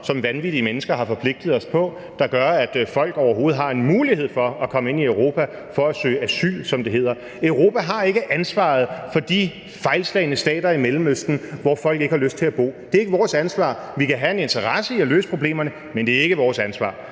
som vanvittige mennesker har forpligtet os på, og som gør, at folk overhovedet har en mulighed for at komme ind i Europa for at søge asyl, som det hedder. Europa har ikke ansvaret for de fejlslagne stater i Mellemøsten, hvor folk ikke har lyst til at bo. Det er ikke vores ansvar. Vi kan have en interesse i at løse problemerne, men det er ikke vores ansvar.